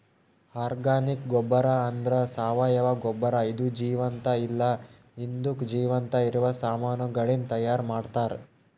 organic ಗೊಬ್ಬರ ಅಂದ್ರ ಸಾವಯವ ಗೊಬ್ಬರ ಇದು ಜೀವಂತ ಇಲ್ಲ ಹಿಂದುಕ್ ಜೀವಂತ ಇರವ ಸಾಮಾನಗಳಿಂದ್ ತೈಯಾರ್ ಮಾಡ್ತರ್